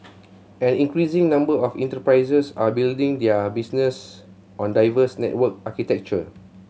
an increasing number of enterprises are building their business on diverse network architecture